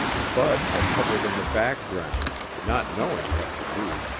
bud had hovered in the background, not knowing what to do,